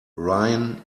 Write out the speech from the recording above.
ryan